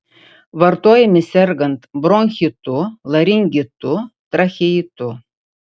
vartojami sergant bronchitu laringitu tracheitu